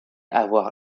avoir